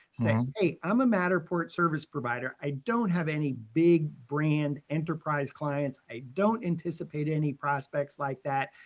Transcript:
say, hey, i'm a matterport service provider, i don't have any big brand enterprise clients, i don't anticipate any prospects like that,